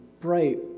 bright